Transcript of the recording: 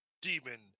demon